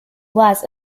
was